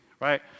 right